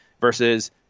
versus